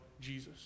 Jesus